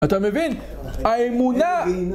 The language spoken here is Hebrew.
אתה מבין? האמונה!